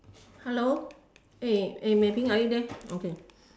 hello eh eh Mei-Ping are you there okay